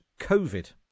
Covid